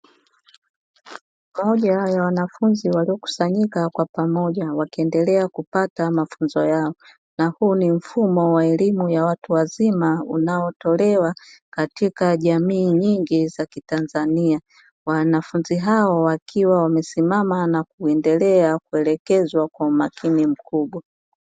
Moja ya wanafunzi waliokusanyika kwa pamoja wakiendelea kupata mafunzo yao, na huu ni mfumo wa elimu ya watu wazima unaotolewa katika jamii nyingi za kitanzania. Wanafunzi hao wakiwa wamesimama na kuendelea kuelekezwa kwa umakini mkubwa.